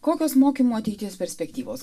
kokios mokymo ateities perspektyvos